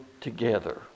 together